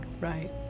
right